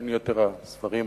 בין יתר הספרים